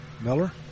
Miller